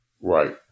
Right